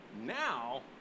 Now